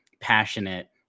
passionate